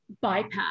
bypass